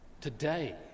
today